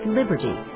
liberty